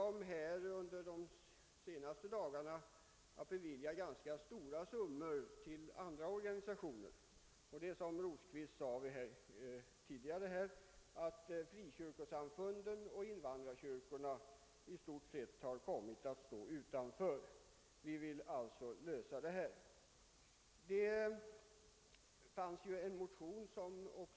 Vi har de senaste dagarna beviljat ganska stora summor till andra organisationer, men som herr Rosqvist sade har frikyrkosamfunden och invandrarkyrkorna i stort sett kommit att stå utanför. Vi vill få till stånd en förbättring också i det avseendet.